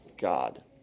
God